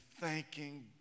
thanking